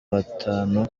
batanu